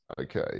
okay